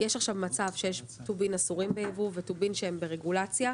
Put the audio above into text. יש עכשיו מצב שיש טובין אסורים ביבוא וטובין שהם ברגולציה,